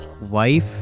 wife